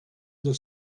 del